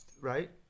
Right